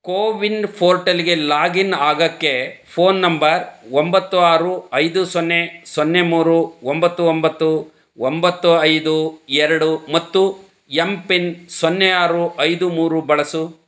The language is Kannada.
ಕೋವಿನ್ ಫೋರ್ಟಲ್ಗೆ ಲಾಗಿನ್ ಆಗೋಕ್ಕೆ ಫೋನ್ ನಂಬರ್ ಒಂಬತ್ತು ಆರು ಐದು ಸೊನ್ನೆ ಸೊನ್ನೆ ಮೂರು ಒಂಬತ್ತು ಒಂಬತ್ತು ಒಂಬತ್ತು ಐದು ಎರಡು ಮತ್ತು ಎಂ ಪಿನ್ ಸೊನ್ನೆ ಆರು ಐದು ಮೂರು ಬಳಸು